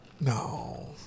No